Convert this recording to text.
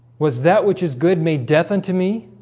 was that which is good made death unto me?